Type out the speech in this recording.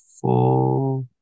four